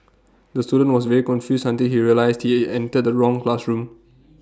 the student was very confused until he realised he entered the wrong classroom